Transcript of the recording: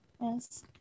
Yes